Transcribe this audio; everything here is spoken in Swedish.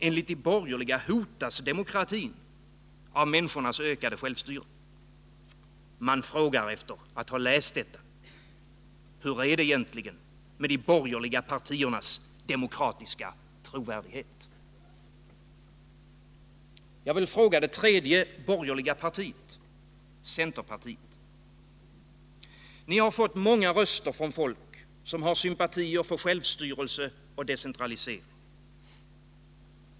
Enligt de borgerliga hotas demokratin av människornas ökade självstyre. Man frågar efter att ha läst det: Hur är det egentligen med de borgerliga partiernas demokratiska trovärdighet? Jag vill ställa en fråga till det tredje borgerliga partiet, centerpartiet. Ni har fått många röster från folk som har sympatier för självstyrelse och decentralisering.